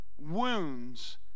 wounds